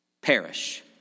Perish